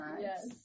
yes